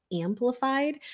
amplified